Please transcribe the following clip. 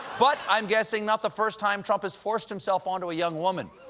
but i'm guessing not the first time trump has forced himself onto a young woman.